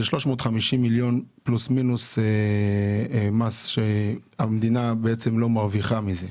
זה 350 מיליון פלוס מינוס מס שהמדינה בעצם לא מרוויחה מזה,